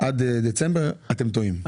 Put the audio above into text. עד דצמבר אתם טועים.